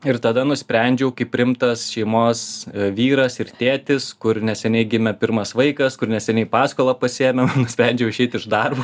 ir tada nusprendžiau kaip rimtas šeimos vyras ir tėtis kur neseniai gimė pirmas vaikas kur neseniai paskolą pasiėmiau nusprendžiau išeit iš darbo